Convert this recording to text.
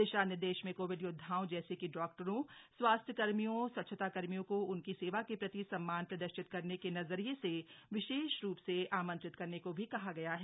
दिशानिर्देश में कोविड योदधाओं जैसे कि डॉक्टरों स्वास्थ्य कर्मियों स्वच्छता कर्मियों को उनकी सेवा के प्रति सम्मान प्रदर्शित करने के नजरिये से विशेष रूप से आमंत्रित करने को भी कहा गया है